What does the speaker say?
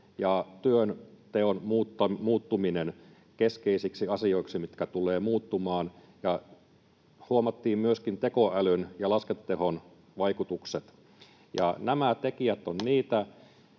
ja työnteon muuttuminen keskeisiksi asioiksi, mitkä tulevat muuttumaan, ja huomattiin myöskin tekoälyn ja laskentatehon vaikutukset.